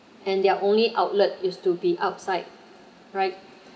and their only outlet is to be outside right